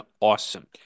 awesome